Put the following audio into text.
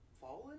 fallen